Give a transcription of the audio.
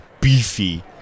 beefy